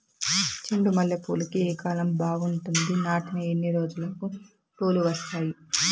చెండు మల్లె పూలుకి ఏ కాలం బావుంటుంది? నాటిన ఎన్ని రోజులకు పూలు వస్తాయి?